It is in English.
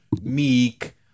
Meek